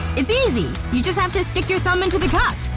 it's easy! you just have to stick your thumb into the cup